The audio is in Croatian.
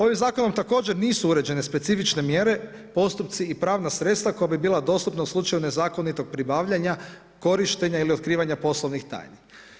Ovim zakonom također nisu uređene specifične mjere, postupci i pravna sredstva koja bi bila dostupna u slučaju nezakonitog pribavljanja, korištenja ili otkrivanja poslovnih tajni.